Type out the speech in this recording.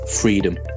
freedom